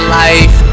life